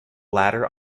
ladder